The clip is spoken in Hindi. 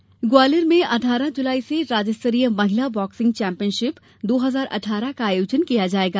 महिला बॉक्सिंग ग्वालियर में अट्ठारह जुलाई से राज्य स्तरीय महिला बॉक्सिंग चैम्पियनशिप दो हजार अट्ठारह का आयोजन किया जायेगा